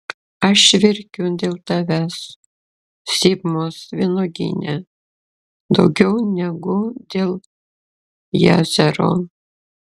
aš verkiu dėl tavęs sibmos vynuogyne daugiau negu dėl jazero